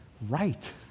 right